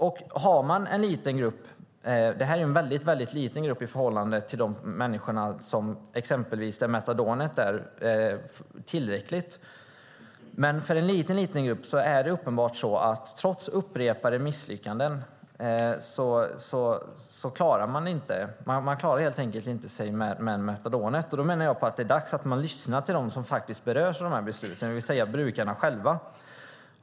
Detta är en väldigt liten grupp i förhållande till exempelvis den där metadonet är tillräckligt. Men för en liten grupp är det uppenbart så att efter upprepade misslyckanden klarar man sig helt enkelt inte med metadonet. Jag menar att det är dags att man lyssnar till dem som berörs av dessa beslut, det vill säga brukarna själva.